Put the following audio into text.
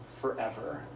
forever